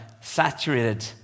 saturated